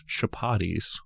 chapatis